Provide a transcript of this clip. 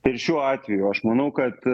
tai ir šiuo atveju aš manau kad